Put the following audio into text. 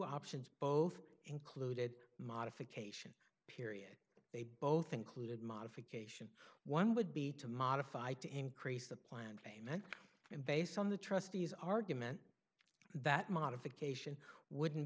options both included modification period they both included modification one would be to modify to increase the planned payment and based on the trustees argument that modification wouldn't